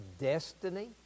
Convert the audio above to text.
destiny